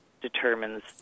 determines